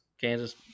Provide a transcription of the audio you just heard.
Kansas